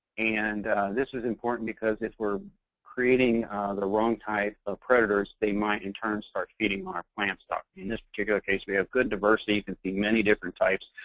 and this is important, because if we're creating the wrong type of predators, they might in turn start feeding on our plant stock. in this particular case, we have good diversity, you can see many different types.